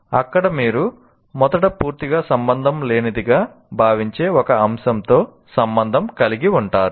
అక్కడ మీరు మొదట పూర్తిగా సంబంధం లేనిదిగా భావించే ఒక అంశంతో సంబంధం కలిగి ఉంటారు